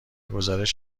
گزارش